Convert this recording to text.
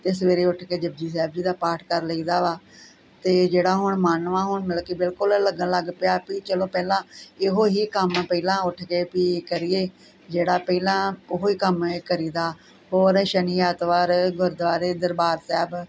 ਤੇ ਸਵੇਰੇ ਉਥੇ ਕੇ ਜਪੁਜੀ ਸਾਹਿਬ ਜੀ ਦਾ ਪਾਠ ਕਰ ਲਈ ਦਾ ਵਾ ਤੇ ਜਿਹੜਾ ਹੁਣ ਮਨ ਵਾ ਹੁਣ ਮਤਲਬ ਕੀ ਬਿਲਕੁਲ ਲੱਗਣ ਲੱਗ ਪਿਆ ਪੀ ਚਲੋ ਪਹਿਲਾਂ ਇਹੋ ਹੀ ਕੰਮ ਪਹਿਲਾਂ ਉੱਠ ਕੇ ਪੀ ਕਰੀਏ ਜਿਹੜਾ ਪਹਿਲਾਂ ਉਹੋ ਈ ਕੰਮ ਕਰੀਦਾ ਹੋਰ ਸ਼ਨੀ ਐਤਵਾਰ ਗੁਰਦਵਾਰੇ ਦਰਬਾਰ ਸਾਹਿਬ